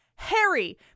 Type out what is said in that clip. Harry